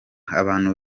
abantu